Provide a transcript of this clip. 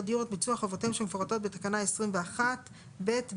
דיור את ביצוע חובותיהם שמפורטות בתקנה 21ב(ב)(1).